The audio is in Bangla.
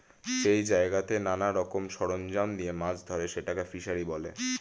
যেই জায়গাতে নানা সরঞ্জাম দিয়ে মাছ ধরে সেটাকে ফিসারী বলে